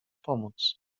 pomóc